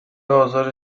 آزار